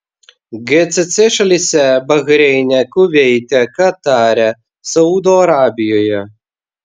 gcc šalyse bahreine kuveite katare saudo arabijoje